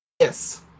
Yes